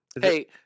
Hey